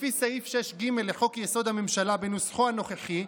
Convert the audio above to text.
לפי סעיף 6(ג) לחוק-יסוד: הממשלה בנוסחו הנוכחי,